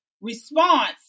response